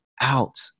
out